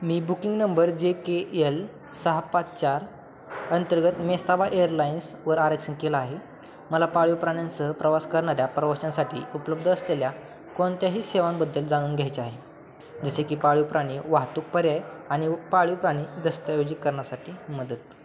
मी booking number J K L सहा पाच चार अंतर्गत मेसााबा एअरलाइन्सवर आरक्षण केलं आहे मला पाळीव प्राण्यांसह प्रवास करणाऱ्या प्रवाशांसाठी उपलब्ध असलेल्या कोणत्याही सेवांबद्दल जाणून घ्यायचे आहे जसे की पाळीव प्राणी वाहतूक पर्याय आणि पाळीव प्राणी दस्तऐवजीकरणासाठी मदत